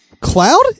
Cloud